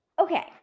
Okay